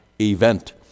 event